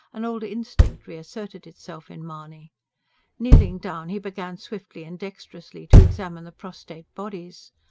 an old instinct reasserted itself in mahony kneeling down he began swiftly and dexterously to examine the prostrate bodies.